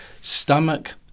stomach